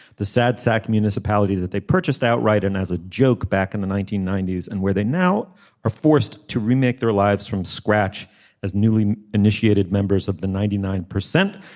the sad sack municipality that they purchased outright and as a joke back in the nineteen ninety s and where they now are forced to remake their lives from scratch as newly initiated members of the ninety nine percent.